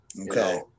Okay